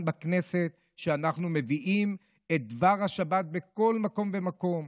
בכנסת אנחנו מביאים את דבר השבת לכל מקום ומקום,